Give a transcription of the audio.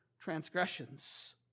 transgressions